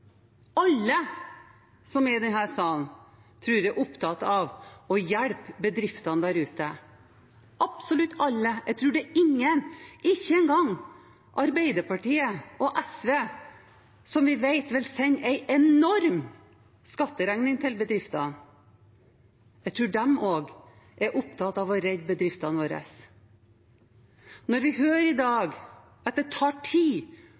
alle som er i denne salen, er opptatt av å hjelpe bedriftene der ute – absolutt alle. Jeg tror ikke engang Arbeiderpartiet og SV, som vi vet vil sende en enorm skatteregning til bedriftene, ikke er opptatt av å redde bedriftene våre. Når vi i dag hører at det tar tid